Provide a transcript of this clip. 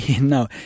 No